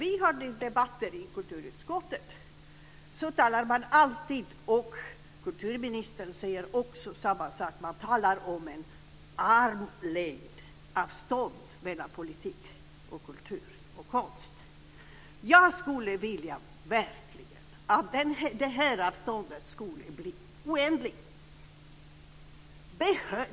I våra debatter i kulturutskottet talar man - och även kulturministern säger samma sak - om en armlängds avstånd mellan politik och kultur och konst. Jag skulle verkligen vilja att det avståndet blev oändligt.